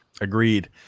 Agreed